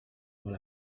mal